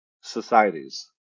societies